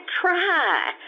try